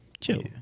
Chill